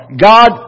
God